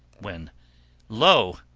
when lo!